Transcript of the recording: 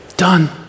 done